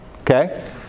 okay